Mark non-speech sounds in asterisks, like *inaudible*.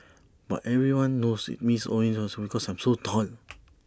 but everyone knows it's me all in these way because I'm so tall *noise*